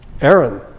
Aaron